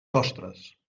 sostres